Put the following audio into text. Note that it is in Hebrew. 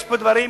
יש פה דברים,